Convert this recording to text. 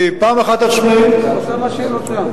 פעם אחת היא עצמאית, היא עושה מה שהיא רוצה.